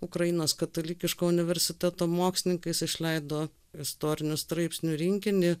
ukrainos katalikiško universiteto mokslininkais išleido istorinių straipsnių rinkinį